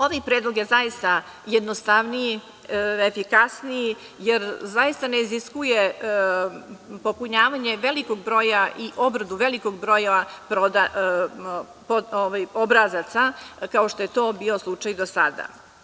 Ovaj predlog je zaista jednostavniji i efikasniji jer zaista ne iziskuje popunjavanje velikog broja i obradu velikog broja obrazaca kao što je to bio slučaj do sada.